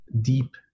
deep